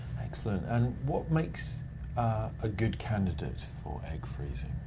excellent, and what makes a good candidate for egg freezing?